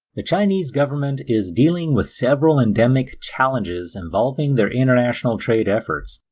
the chinese government is dealing with several endemic challenges involving their international trade efforts.